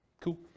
Cool